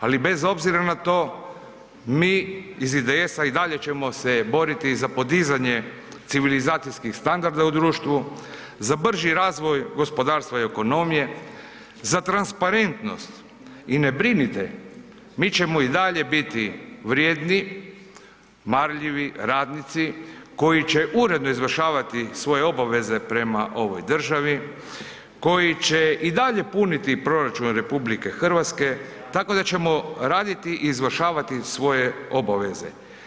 Ali bez obzira na to mi iz IDS-a i dalje ćemo se boriti za podizanje civilizacijskih standarda u društvu, za brži razvoj gospodarstva i ekonomije, za transparentnost i ne brinite, mi ćemo i dalje biti vrijedni marljivi radnici koji će uredno izvršavati svoje obaveze prema ovoj državi, koji će i dalje puniti proračun RH, tako da ćemo raditi i izvršavati svoje obaveze.